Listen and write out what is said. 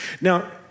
Now